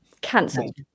cancelled